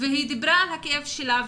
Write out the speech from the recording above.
היא דיברה על הכאב שלה,